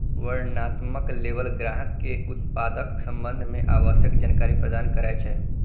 वर्णनात्मक लेबल ग्राहक कें उत्पादक संबंध मे आवश्यक जानकारी प्रदान करै छै